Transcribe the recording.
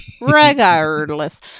regardless